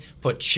put